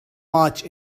much